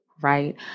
right